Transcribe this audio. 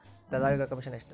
ದಲ್ಲಾಳಿಗಳ ಕಮಿಷನ್ ಎಷ್ಟು?